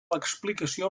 explicació